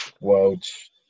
world's